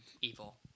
evil